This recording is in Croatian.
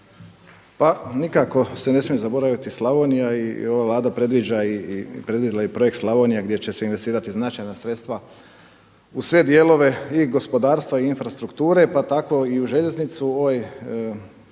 Pa nikako se ne smije zaboraviti Slavonija. I ova Vlada predvidila je i projekt Slavonija gdje će se investirati značajna sredstva u sve dijelove i gospodarstva i infrastrukture, pa tako i u željeznicu. Ovaj